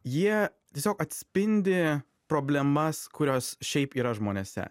jie tiesiog atspindi problemas kurios šiaip yra žmonėse